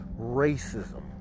racism